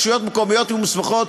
כאמור, רשויות מקומיות יהיו מוסמכות,